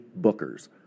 Bookers